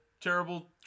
Terrible